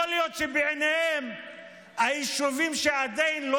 יכול להיות שבעיניהם היישובים שעדיין לא